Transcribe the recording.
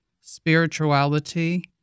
spirituality